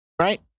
right